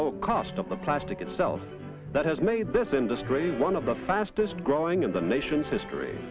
low cost of the plastic itself that has made this in this great one of the fastest growing in the nation's history